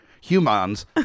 humans